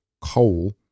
coal